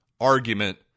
argument